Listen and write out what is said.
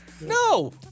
No